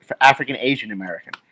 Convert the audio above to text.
African-Asian-American